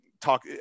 talk